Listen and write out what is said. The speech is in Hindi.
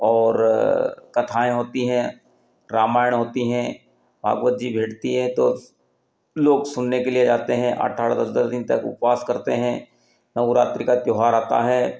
और कथाएँ होती हैं रामायण होती हैं भागवत जी बैठती हैं तो लोग सुनने के लिए जाते हैं आठ आठ दस दस दिन तक उपवास करते हैं नौरात्रि का त्योहार आता है